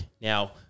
Now